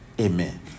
Amen